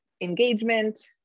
engagement